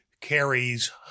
Carries